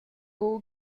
buca